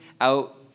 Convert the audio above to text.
out